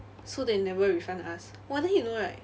so they never refund us !wah! then you know right